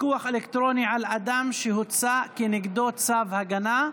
פיקוח אלקטרוני על אדם שהוצא כנגדו צו הגנה),